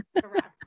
Correct